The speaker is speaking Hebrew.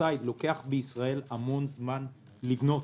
לוקח בישראל המון זמן לבנות.